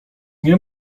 nie